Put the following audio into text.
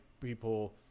people